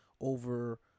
Over